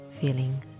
feeling